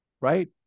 Right